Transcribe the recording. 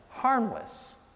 harmless